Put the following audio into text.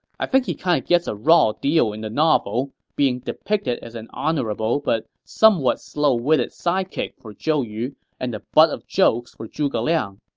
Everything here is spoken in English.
i think he kind of gets a raw deal in the novel, being depicted as an honorable but somewhat slow-witted sidekick for zhou yu and butt of jokes for zhuge liang.